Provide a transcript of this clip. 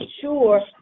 sure